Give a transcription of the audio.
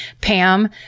Pam